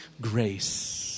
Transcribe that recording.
grace